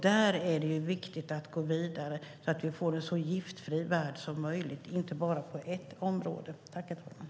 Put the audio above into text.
Det är viktigt att gå vidare så att vi får en så giftfri värld som möjligt, inte bara på ett enda område.